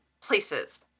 places